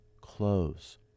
close